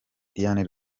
diane